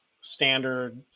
standard